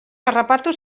harrapatu